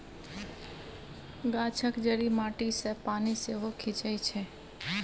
गाछक जड़ि माटी सँ पानि सेहो खीचई छै